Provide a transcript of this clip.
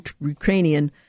Ukrainian